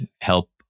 help